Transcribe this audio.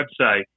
website